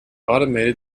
automated